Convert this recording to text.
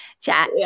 chat